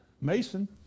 mason